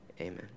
Amen